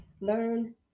Learn